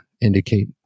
indicate